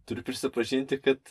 turiu prisipažinti kad